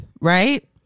right